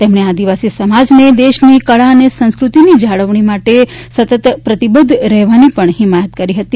તેમણે આદિવાસી સમાજને દેશની કળા અને સંસ્કૃતિની જાળવણી માટે સતત પ્રતિબધ્ધ રહેવાની પણ હિમાયત કરી હતી